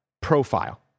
profile